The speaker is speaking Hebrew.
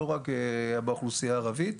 לא רק באוכלוסייה הערבית.